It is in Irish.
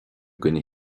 gcoinne